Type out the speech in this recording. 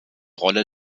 rolle